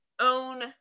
Own